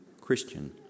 Christian